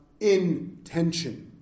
intention